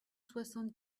soixante